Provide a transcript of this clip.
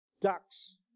ducks